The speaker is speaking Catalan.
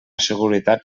seguretat